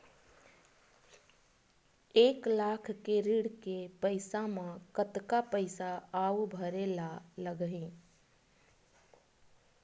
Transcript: एक लाख के ऋण के पईसा म कतका पईसा आऊ भरे ला लगही?